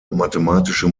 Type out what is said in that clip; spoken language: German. mathematische